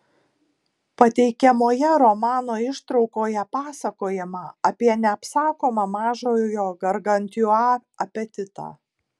pateikiamoje romano ištraukoje pasakojama apie neapsakomą mažojo gargantiua apetitą